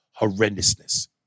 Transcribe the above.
horrendousness